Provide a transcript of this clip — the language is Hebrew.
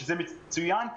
שזה מצוין,